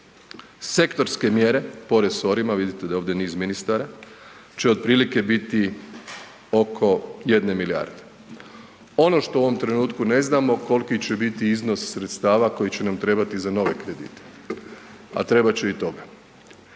Sektorske mjere po resorima, vidite da je ovdje niz ministara će otprilike biti oko 1 milijarde. Ono što u ovom trenutku ne znamo koliko će biti iznos sredstava koji će nam trebati za nove kredite, a trebat će i toga.